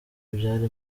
byari